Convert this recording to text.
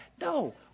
No